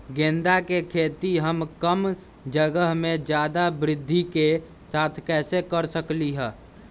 गेंदा के खेती हम कम जगह में ज्यादा वृद्धि के साथ कैसे कर सकली ह?